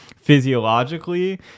physiologically